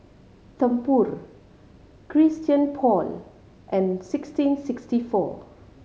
Tempur Christian Paul and sixteen sixty four